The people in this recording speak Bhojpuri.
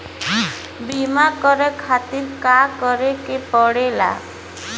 बीमा करे खातिर का करे के पड़ेला?